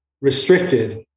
restricted